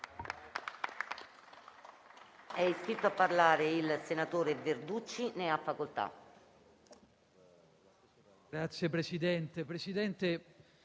Grazie